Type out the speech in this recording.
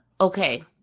Okay